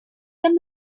them